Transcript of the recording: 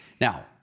Now